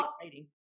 exciting